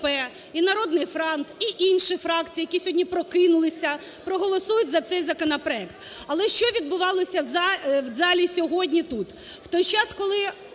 і "Народний фронт" – і інші фракції, які сьогодні прокинулися проголосують за цей законопроект. Але що відбувалося в залі сьогодні тут?